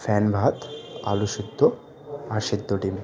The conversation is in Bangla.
ফ্যান ভাত আলু সেদ্ধ আর সেদ্ধ ডিম